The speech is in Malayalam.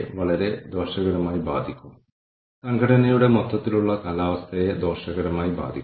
അതിനാൽ നവീകരണവും സർഗ്ഗാത്മകതയും ഇവിടെ നൽകിയിരിക്കുന്ന ചില പാരാമീറ്ററുകൾ നമുക്ക് വിലയിരുത്താം